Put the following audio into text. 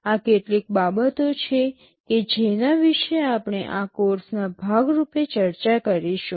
આ કેટલીક બાબતો છે કે જેના વિશે આપણે આ કોર્ષના ભાગ રૂપે ચર્ચા કરીશું